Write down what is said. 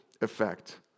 effect